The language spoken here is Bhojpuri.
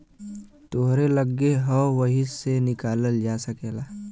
तोहरे लग्गे हौ वही से निकालल जा सकेला